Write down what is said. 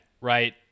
right